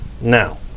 now